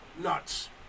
Nuts